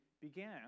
began